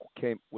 came